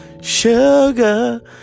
sugar